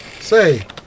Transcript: Say